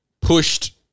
pushed